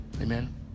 amen